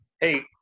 hey